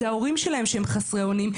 זה ההורים שלהם שהם חסרי אונים,